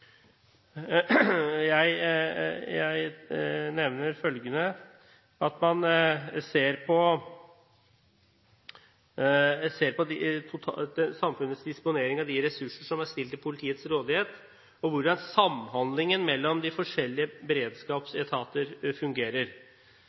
Jeg nevner følgende: Man må se på samfunnets disponering av de ressurser som er stilt til politiets rådighet, på hvordan samhandlingen mellom de forskjellige